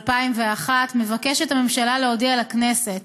התשס"א 2001, הממשלה מבקשת להודיע לכנסת